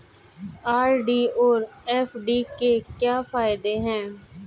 RD और FD के क्या फायदे हैं?